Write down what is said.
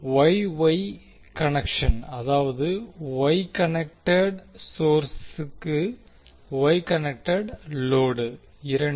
Y Y connection அதாவதுY connected சோர்சுக்கு Y connected load 2